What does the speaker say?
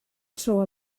tro